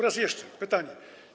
Raz jeszcze pytania.